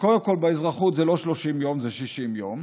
וקודם כול, באזרחות זה לא 30 יום, זה 60 יום: